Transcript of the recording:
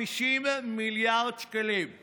כשאפרים קישון כתב בשנות השבעים על מדינת ישראל כי